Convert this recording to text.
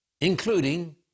including